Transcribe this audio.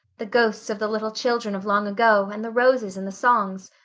the ghosts of the little children of long ago and the roses and the songs.